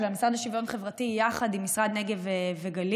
של המשרד לשוויון חברתי, יחד עם משרד נגב וגליל,